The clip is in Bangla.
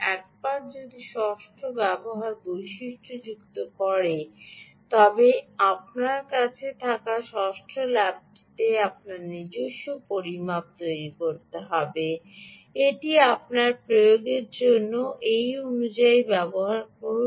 একবার আপনি ষষ্ঠ ব্যবহার বৈশিষ্ট্যযুক্ত করে আপনার কাছে থাকা ষষ্ঠ ল্যাবটিতে আপনার নিজস্ব পরিমাপ তৈরি করেছে এবং এটি আপনার প্রয়োগের জন্য সেই অনুযায়ী ব্যবহার করুন